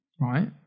right